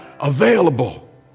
available